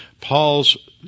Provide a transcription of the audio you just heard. Paul's